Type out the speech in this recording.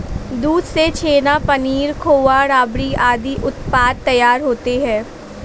दूध से छेना, पनीर, खोआ, रबड़ी आदि उत्पाद तैयार होते हैं